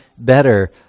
better